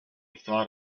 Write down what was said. thought